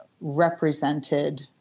represented